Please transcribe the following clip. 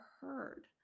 heard